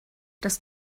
das